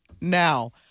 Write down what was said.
now